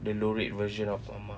the lorek version of ah mah